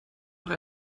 noch